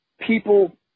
people